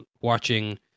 watching